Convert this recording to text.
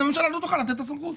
אז הממשלה לא תוכל לתת את הסמכות.